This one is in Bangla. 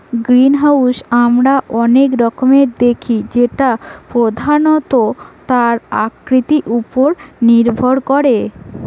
গ্রিনহাউস আমরা অনেক রকমের দেখি যেটা প্রধানত তার আকৃতি উপর নির্ভর করে